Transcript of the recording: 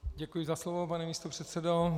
Děkuji za slovo, pane místopředsedo.